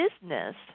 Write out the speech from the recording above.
Business